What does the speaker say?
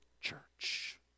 church